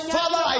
father